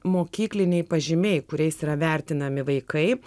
mokykliniai pažymiai kuriais yra vertinami vaikai